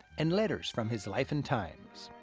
and letters from his life and times.